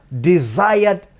desired